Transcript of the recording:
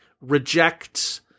reject